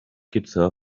giza